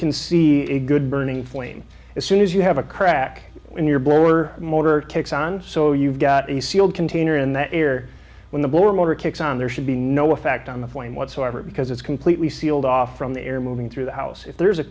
can see a good burning flame as soon as you have a crack in your blower motor kicks on so you've got a sealed container in the air when the blower motor kicks on there should be no effect on the flame whatsoever because it's completely sealed off from the air moving through the house if there's a